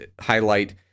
highlight